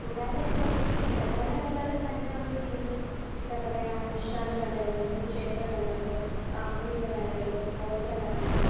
കൂടാതെ തന്നെ ഈ പ്രകടന കലകളെ തന്നെ നമ്മൾ വീണ്ടും എന്താ പറയുക അനുഷ്ഠാന കലകളെന്നും ക്ഷേത്ര കലകൾ സാമൂഹിക കലകൾ ഗോത്ര കലകൾ